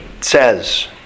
says